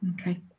Okay